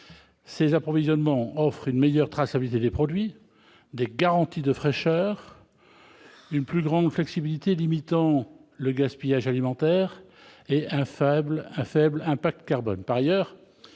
ces approvisionnements offrent une meilleure traçabilité des produits, des garanties de fraîcheur, une plus grande flexibilité limitant le gaspillage alimentaire et un faible impact carbone.